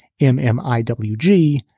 MMIWG